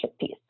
piece